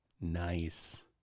nice